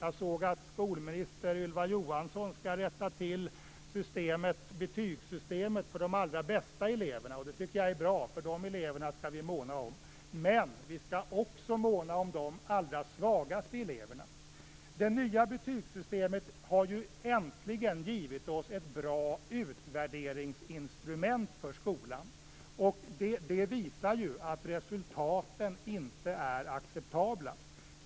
Jag såg att skolminister Ylva Johansson skall rätta till betygssystemet för de allra bästa eleverna, och det tycker jag är bra - de eleverna skall vi måna om. Men vi skall också måna om de allra svagaste eleverna. Det nya betygssystemet har ju äntligen givit oss ett bra utvärderingsinstrument för skolan, och det visar ju att resultaten inte är acceptabla.